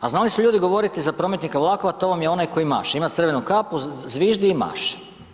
A znali su ljudi govoriti za prometnika vlakova to vam je onaj koji maše, ima crvenu kapu, zviždi i maše.